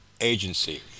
agency